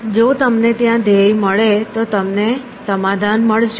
જો તમને ત્યાં ધ્યેય મળે તો તમને સમાધાન મળશે